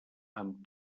amb